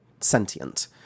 sentient